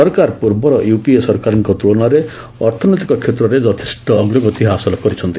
ସରକାର ପୂର୍ବର ୟୁପିଏ ସରକାରଙ୍କ ତୁଳନାରେ ଅର୍ଥନୈତିକ କ୍ଷେତ୍ରରେ ଯଥେଷ୍ଟ ଅଗ୍ରଗତି ହାସଲ କରିଛନ୍ତି